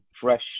fresh